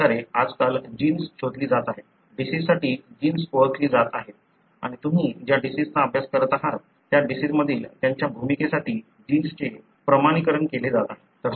अशा प्रकारे आजकाल जीन्स शोधली जात आहेत डिसिजसाठी जीन्स ओळखली जात आहेत आणि तुम्ही ज्या डिसिजचा अभ्यास करत आहात त्या डिसिज मधील त्यांच्या भूमिकेसाठी जीन्सचे प्रमाणीकरण केले जात आहे